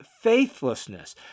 faithlessness